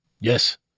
yes